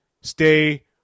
stay